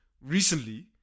recently